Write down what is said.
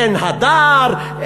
אין הדר,